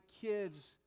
kids